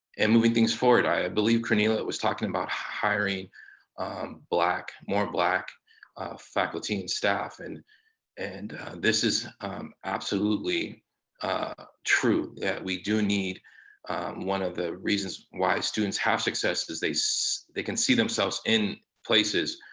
and moving things forward. i ah believe cornelia was talking about hiring black more black faculty and stuff and and this is absolutely true that we do need one of the reasons why students have success is they so they can see themselves in places,